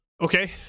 Okay